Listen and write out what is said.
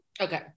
Okay